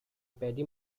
paddy